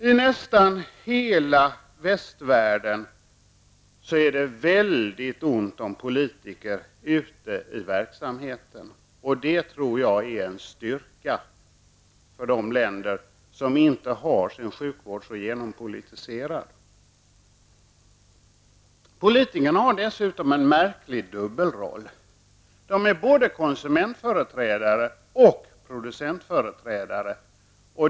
I nästan hela västvärlden är det mycket ont om politiker ute i verksamheten. Jag tror att det är en styrka för dessa länder att inte ha sin sjukvård så genompolitiserad. Politiker har dessutom en märklig dubbelroll. De är både konsumentföreträdare och producentföreträdare.